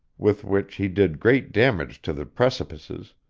with which he did great damage to the precipices,